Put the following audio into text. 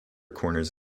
corners